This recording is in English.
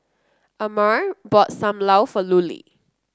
Amare bought Sam Lau for Lulie